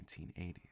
1980s